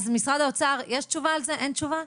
אז, משרד האוצר, יש תשובה על זה, אין תשובה?